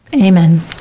Amen